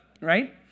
right